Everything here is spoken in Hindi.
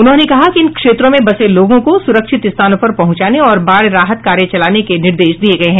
उन्होंने कहा कि इन क्षेत्रों में बसे लोगों को सुरक्षित स्थानों पर पहुंचाने और बाढ़ राहत कार्य चलाने के निर्देश दिये गये हैं